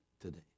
today